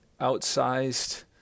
outsized